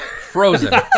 frozen